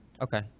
Okay